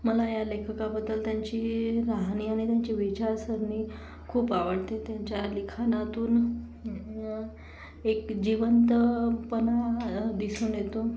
मला या लेखकाबद्दल त्यांची राहणी आणि त्यांची विचारसरणी खूप आवडते त्यांच्या लिखाणातून एक जिवंतपणा दिसून येतो